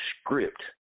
script